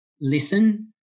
listen